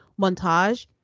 montage